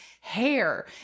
hair